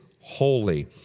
holy